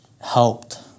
helped